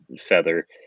feather